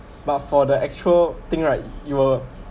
but for the actual thing right you will